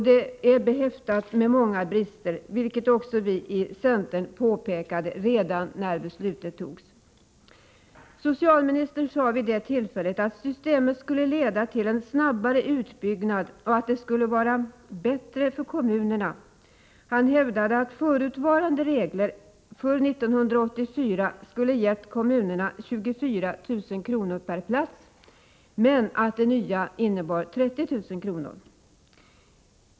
Det är behäftat med många brister, vilket också vi från centern påpekade redan när beslutet fattades. Socialministern sade vid det tillfället att systemet skulle leda till en snabbare utbyggnad och att det skulle vara bättre för kommunerna. Han hävdade att förutvarande regler för år 1984 skulle gett kommunerna 24 000 kr. per plats men att det nya innebar 30 000 kr.